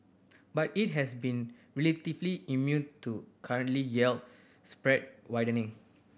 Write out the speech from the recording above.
but it has been relatively immune to currently yield spread widening